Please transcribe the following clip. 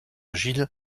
gilles